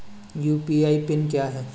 UPI pin क्या है?